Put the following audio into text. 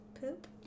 Poop